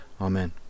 Amen